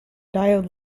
diode